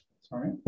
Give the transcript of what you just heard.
Sorry